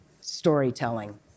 storytelling